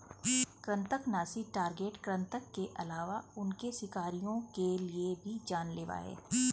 कृन्तकनाशी टारगेट कृतंक के अलावा उनके शिकारियों के लिए भी जान लेवा हैं